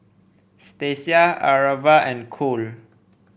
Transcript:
Stasia Aarav and Cole